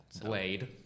Blade